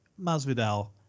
Masvidal